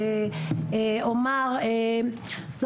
אני אומר,